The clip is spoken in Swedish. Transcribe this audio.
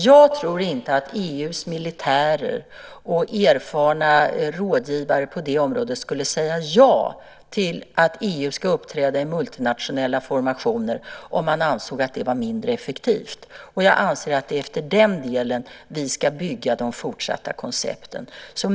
Jag tror inte att EU:s militärer och erfarna rådgivare på området skulle säga ja till att EU ska uppträda i multinationella formationer om man ansåg att det var mindre effektivt. Jag anser att det är efter den delen vi ska bygga de fortsatta koncepten.